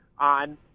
on